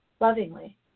lovingly